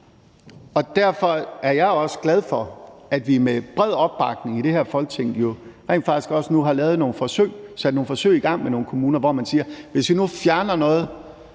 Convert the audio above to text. er. Derfor er jeg også glad for, at vi med bred opbakning i det her Folketing jo rent faktisk nu har lavet nogle forsøg, sat nogle forsøg i gang med nogle kommuner, hvor man siger: Hvis vi nu fjerner noget